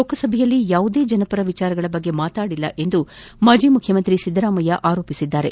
ಲೋಕಸಭೆಯಲ್ಲಿ ಯಾವುದೇ ಜನಪರ ವಿಷಯಗಳ ಕುರಿತು ಮಾತನಾಡಿಲ್ಲ ಎಂದು ಮಾಜಿ ಮುಖ್ಖಮಂತ್ರಿ ಸಿದ್ದರಾಮಯ್ಯ ಆರೋಪ ಮಾಡಿದ್ದಾರೆ